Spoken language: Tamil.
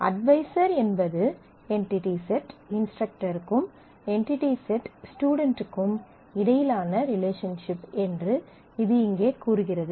அட்வைசர் என்பது என்டிடி செட் இன்ஸ்டரக்டருக்கும் என்டிடி செட் ஸ்டுடென்ட்க்கும் இடையிலான ரிலேஷன்ஷிப் என்று இது இங்கே கூறுகிறது